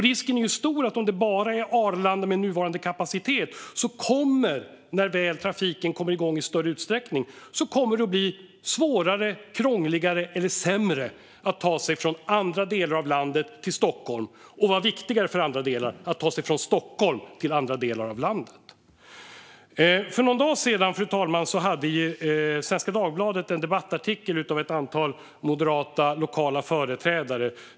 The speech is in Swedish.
Risken är stor att om det bara finns Arlanda med nuvarande kapacitet, och när väl trafiken kommer igång i större utsträckning, kommer det att bli svårare, krångligare eller sämre att ta sig från andra delar av landet till Stockholm - och än viktigare att ta sig från Stockholm till andra delar av landet. Fru talman! För någon dag sedan fanns en debattartikel i Svenska Dagbladet skriven av ett antal lokala moderata företrädare.